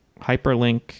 hyperlink